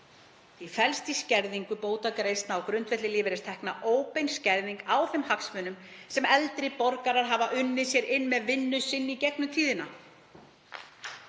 Því felst í skerðingu bótagreiðslna á grundvelli lífeyristekna óbein skerðing á þeim hagsmunum sem eldri borgarar hafa unnið sér inn með vinnu sinni í gegnum tíðina.